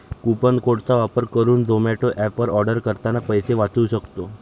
coupon code चा वापर करुन झोमाटो एप वर आर्डर करतांना पैसे वाचउ सक्तो